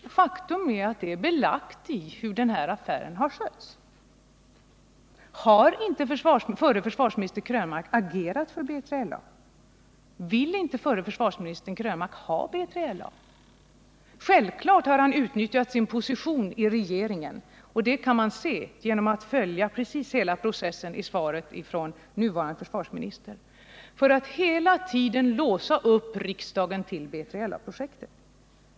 Faktum är ju att detta är belagt genom det sätt på vilket den här affären har skötts. Har inte förre försvarsministern Krönmark agerat för BILA? Vill inte förre försvarsministern Krönmark ha B3LA? Självfallet har han utnyttjat sin position i regeringen — det kan man se när man följer precis hela processen i svaret från den nuvarande försvarsministern — för att hela tiden binda regeringen till BILA-projektet.